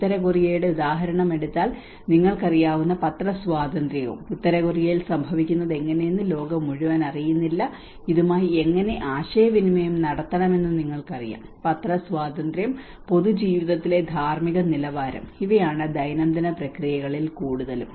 ഉത്തരകൊറിയയുടെ ഉദാഹരണമെടുത്താൽ നിങ്ങൾക്കറിയാവുന്ന പത്രസ്വാതന്ത്ര്യവും ഉത്തരകൊറിയയിൽ സംഭവിക്കുന്നത് എങ്ങനെയെന്ന് ലോകം മുഴുവൻ അറിയുന്നില്ല ഇതുമായി എങ്ങനെ ആശയവിനിമയം നടത്തണമെന്ന് നിങ്ങൾക്കറിയാം പത്രസ്വാതന്ത്ര്യം പൊതുജീവിതത്തിലെ ധാർമ്മിക നിലവാരം ഇവയാണ് ദൈനംദിന പ്രക്രിയകളിൽ കൂടുതലും